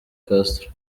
castro